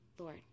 Lord